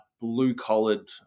blue-collared